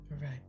right